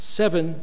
seven